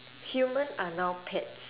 human are now pets